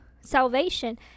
salvation